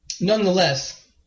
nonetheless